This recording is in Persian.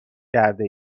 کرده